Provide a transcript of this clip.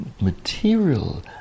material